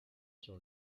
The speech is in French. sur